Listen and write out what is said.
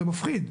זה מפחיד.